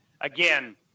again